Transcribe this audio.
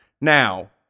Now